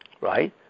right